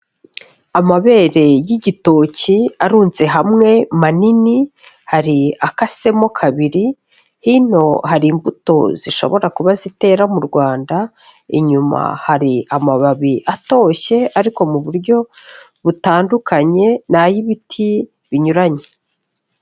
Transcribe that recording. Amabere y'igitoki arunze hamwe manini hari akasemo kabiri, hino hari imbuto zishobora kuba zitera mu Rwanda, inyuma hari amababi atoshye ariko mu buryo butandukanye ni ay'ibiti binyuranye.